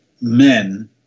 men